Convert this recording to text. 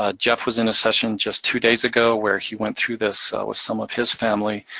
ah geoff was in a session just two days ago where he went through this with some of his family.